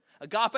agape